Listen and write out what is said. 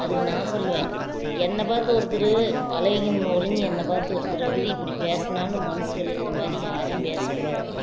அதுக்கு நான் சொல்லுவேன் என்னை பார்த்து ஒருத்தர் அழகின் என்னை பார்த்து ஒருத்தர் வந்து இப்படி பேசினேனு மனசு வலிக்கிற மாதிரி யாரையும் பேசக்கூடாது